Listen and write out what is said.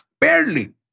Barely